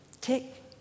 tick